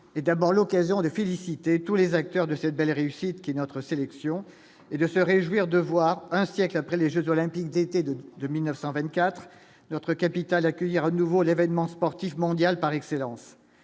mais d'abord l'occasion de féliciter tous les acteurs de cette belle réussite qui est notre sélection et de se réjouir de voir un siècle après les Jeux olympiques d'été de 2924 notre capital accueillir à nouveau l'événement sportif mondial par excellence,